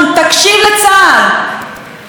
תקשיב לאנשי מערכת הביטחון.